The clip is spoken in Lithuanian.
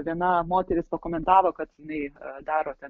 viena moteris pakomentavo kad jinai daro ten